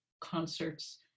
concerts